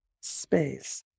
space